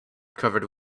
covered